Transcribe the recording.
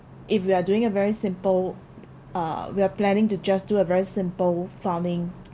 if you are doing a very simple uh we are planning to just do a very simple farming